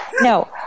No